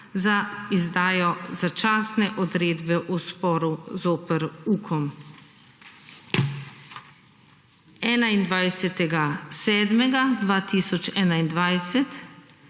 za izdajo začasne odredbe o sporu zoper UKOM. 21. 7. 2021